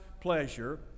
pleasure